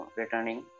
returning